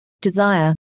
desire